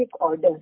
order